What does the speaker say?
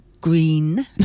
green